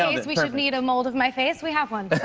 ah we should need a mold of my face, we have one. but